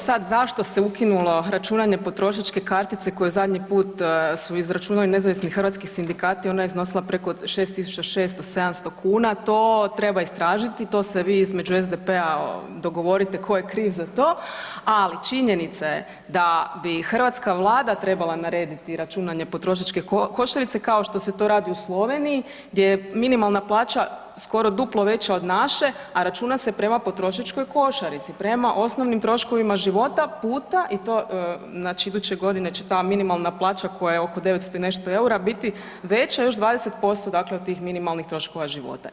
Dobro sad zašto se ukinulo računanje potrošačke kartice koju zadnji put su izračunali ne znam jesu li hrvatski sindikati ona je iznosila preko 6.600-700 kuna, to treba istražiti to se vi između SDP-a dogovorite tko je kriv za to, ali činjenica je da bi hrvatska Vlada trebala narediti računanje potrošačke košarice kao što se to radi u Sloveniji gdje je minimalna plaća skoro duplo veća od naše, a računa se prema potrošačkoj košarici, prema osnovnim troškovima života puta i to znači iduće godine će ta minimalna plaća koja je oko 900 i nešto EUR-a biti veća još 20% dakle od tih minimalnih troškova života.